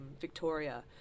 Victoria